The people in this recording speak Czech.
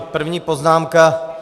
První poznámka.